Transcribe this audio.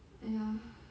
!aiya!